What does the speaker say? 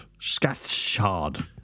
scathshard